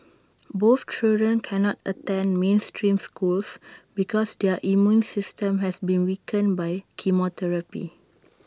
both children cannot attend mainstream schools because their immune systems have been weakened by chemotherapy